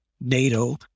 NATO